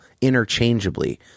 interchangeably